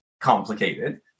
complicated